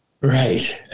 Right